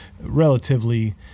relatively